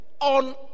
On